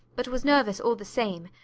but was nervous all the same.